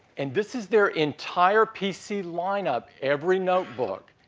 and this is their entire pc lineup every notebook,